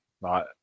right